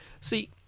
see